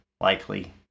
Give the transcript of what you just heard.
likely